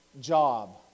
job